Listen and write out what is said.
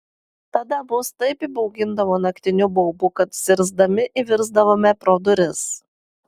tada mus taip įbaugindavo naktiniu baubu kad zirzdami įvirsdavome pro duris